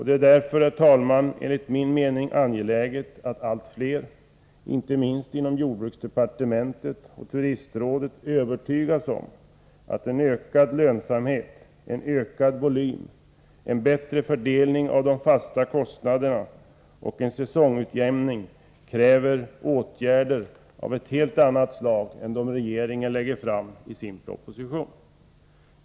Det är därför enligt min mening angeläget att allt fler, inte minst inom jordbruksdepartementet och Turistrådet, övertygas om att en ökad lönsamhet, en ökad volym, en bättre fördelning av de fasta kostnaderna och en säsongutjämning kräver åtgärder av helt annat slag än dem som regeringen lägger fram i sin proposition.